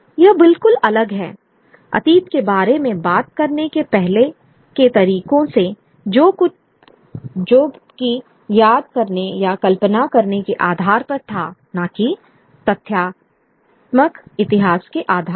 यह बिल्कुल अलग है अतीत के बारे में बात करने के पहले के तरीकों से जो कि याद करने या कल्पना करने के आधार पर था ना कि तथ्यात्मक इतिहास के आधार पर